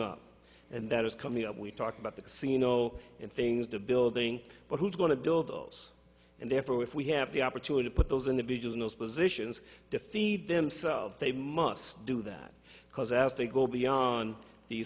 up and that is coming up we talk about the casino and things the building but who's going to build those and therefore if we have the opportunity to put those individual in those positions to feed themselves they must do that because as they go beyond the